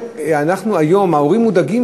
היום ההורים מודאגים,